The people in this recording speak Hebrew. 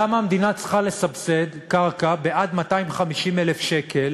למה המדינה צריכה לסבסד קרקע עד 200,000 שקל